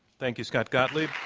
thank you, scott gottlieb.